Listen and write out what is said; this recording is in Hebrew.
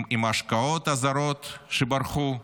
עם ההשקעות הזרות שברחו?